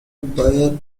bare